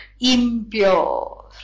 impure